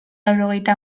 laurogeita